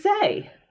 say